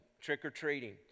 trick-or-treating